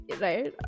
right